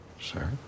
Sir